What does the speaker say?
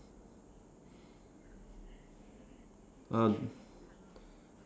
uh